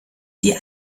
die